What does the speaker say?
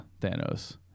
Thanos